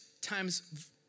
times